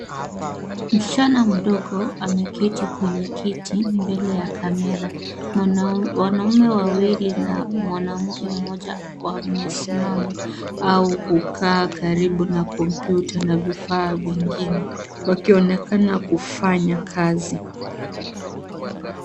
Msichana mdogo ameketi kwenye kiti mbele ya kamera. Wanaume wawili na mwanamke mmoja wamesimama au kukaa karibu na kompyuta na vifaa vingine wakionekana kufanya kazi.